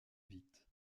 vite